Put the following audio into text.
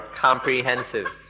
comprehensive